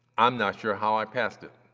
i'm not sure how i passed it,